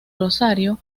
rosario